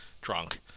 drunk